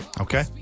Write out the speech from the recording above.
Okay